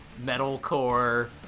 metalcore